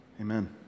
Amen